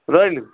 ରହିଲି